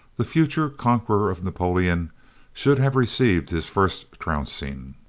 the future conqueror of napoleon should have received his first trouncing.